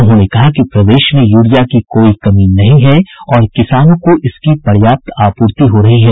उन्होंने कहा कि प्रदेश में यूरिया की कोई कमी नहीं है और किसानों को इसकी पर्याप्त आपूर्ति हो रही है